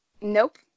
Nope